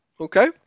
Okay